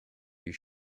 you